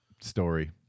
story